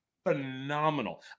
phenomenal